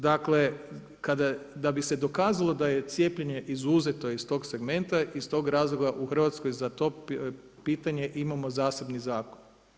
Dakle, da bi se dokazalo da je cijepljenje izuzeto iz tog segmenta iz tog razloga u Hrvatskoj za to pitanje imamo zasebni zakon.